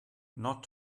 not